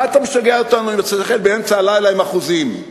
אתה משגע אותנו באמצע הלילה עם אחוזים?